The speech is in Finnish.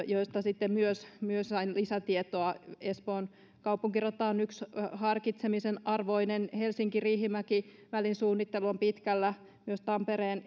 joista myös myös sain lisätietoa espoon kaupunkirata on yksi harkitsemisen arvoinen helsinki riihimäki välin suunnittelu on pitkällä myös tampereen